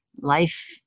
life